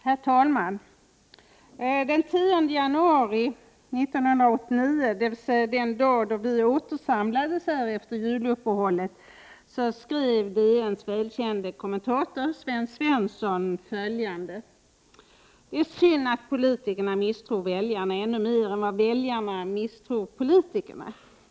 Herr talman! Den 10 januari 1989, dvs. den dag vi återsamlades efter juluppehållet, skrev Dagens Nyheters välkände kommentator Sven Svensson följande: ”Det är synd att politikerna misstror väljarna ännu mer än vad väljarna misstror politikerna.